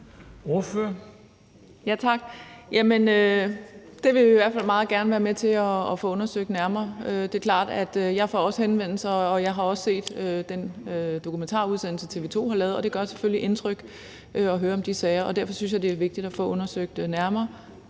hvert fald meget gerne være med til at få undersøgt nærmere. Jeg får også henvendelser, og jeg har også set den dokumentarudsendelse, TV 2 har lavet, og det gør selvfølgelig indtryk at høre om de her sager. Derfor synes jeg, det er vigtigt at få undersøgt nærmere,